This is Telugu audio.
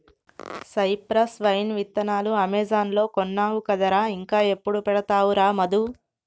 సైప్రస్ వైన్ విత్తనాలు అమెజాన్ లో కొన్నావు కదరా ఇంకా ఎప్పుడు పెడతావురా మధు